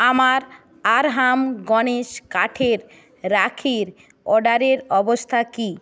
আমার আরহাম গণেশ কাঠের রাখির অর্ডারের অবস্থা কি